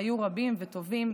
והיו רבים וטובים,